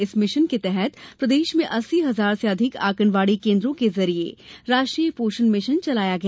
इस मिशन के तहत प्रदेश में अस्सी हजार से अधिक आंगनवाड़ी केन्द्रों के जरिए राष्ट्रीय पोषण मिशन चलाया गया